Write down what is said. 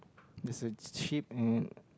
that's a chick